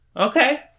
Okay